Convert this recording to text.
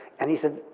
and he said,